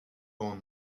grand